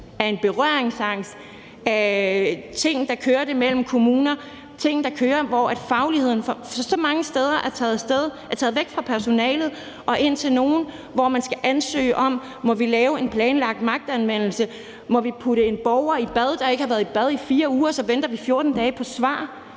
af en berøringsangst, ting, der kører mellem kommuner, ting, der kører, hvor fagligheden så mange steder er taget væk fra personalet og ind til nogle, hvor man skal ansøge om, om man må lave en planlagt magtanvendelse, om man må putte en borger, der ikke har været i bad i 4 uger, i bad, og så venter vi 14 dage på svar.